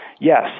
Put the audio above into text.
Yes